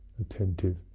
attentive